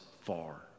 far